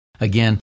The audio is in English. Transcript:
again